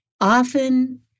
often